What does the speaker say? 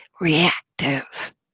reactive